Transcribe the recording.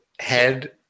Head